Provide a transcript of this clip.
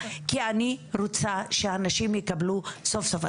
כי אני רוצה שהנשים יקבלו סוף-סוף.